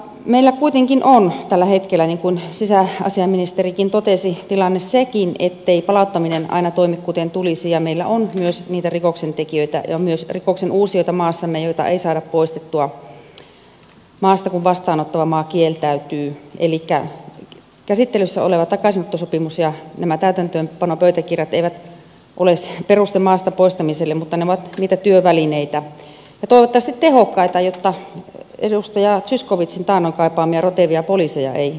meillä kuitenkin on tällä hetkellä niin kuin sisäasiainministerikin totesi tilanne sekin ettei palauttaminen aina toimi kuten tulisi ja meillä on maassamme myös niitä rikoksentekijöitä ja myös rikoksenuusijoita joita ei saada poistettua maasta kun vastaanottava maa kieltäytyy elikkä käsittelyssä oleva takaisinottosopimus ja nämä täytäntöönpanopöytäkirjat eivät ole peruste maasta poistamiselle mutta ne ovat työvälineitä ja toivottavasti tehokkaita jotta edustaja zysko wiczin taannoin kaipaamia rotevia poliiseja ei tarvittaisi